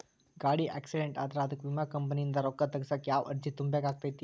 ಗಾಡಿ ಆಕ್ಸಿಡೆಂಟ್ ಆದ್ರ ಅದಕ ವಿಮಾ ಕಂಪನಿಯಿಂದ್ ರೊಕ್ಕಾ ತಗಸಾಕ್ ಯಾವ ಅರ್ಜಿ ತುಂಬೇಕ ಆಗತೈತಿ?